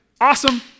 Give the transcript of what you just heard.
awesome